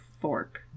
fork